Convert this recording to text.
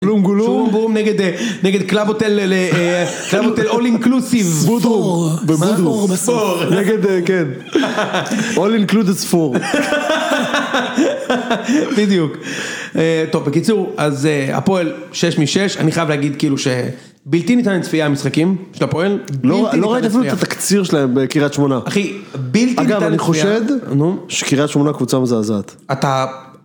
... נגד קלאבוטל אול אינקלוסיב, -... נגד, כן, אול אינקלוסיב ספורט... בדיוק (צוחק) טוב בקיצור אז הפועל 6 מי 6 אני חייב להגיד כאילו שבלתי ניתן לצפייה המשחקים של הפועל, -לא רואה את התקציר שלהם בקריית שמונה. אחי, בלתי ניתן לצפייה. - אגב אני חושד שקריית שמונה קבוצה מזעזעת. -אתה...